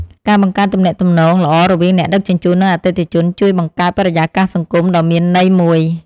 ការបង្កើតទំនាក់ទំនងល្អរវាងអ្នកដឹកជញ្ជូននិងអតិថិជន ជួយបង្កើតបរិយាកាសសង្គមដ៏មានន័យមួយ។